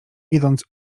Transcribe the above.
idąc